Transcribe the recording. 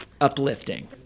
uplifting